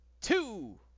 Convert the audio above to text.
two